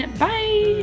bye